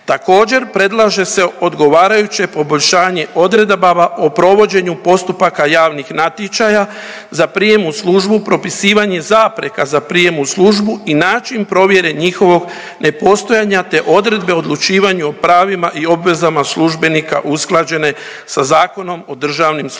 Također predlaže se odgovarajuće poboljšanje odredaba o provođenju postupaka javnih natječaja za prijem u službu, propisivanje zapreka za prijem u službu i način provjere njihovog nepostojanja, te odredbe o odlučivanju o pravima i obvezama službenika usklađene sa Zakonom o državnim službenicima,